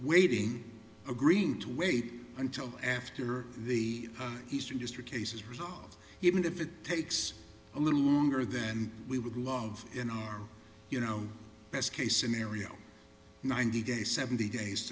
waiting a green to wait until after the eastern district case is resolved even if it takes a little longer than we would love in our you know best case scenario ninety days seventy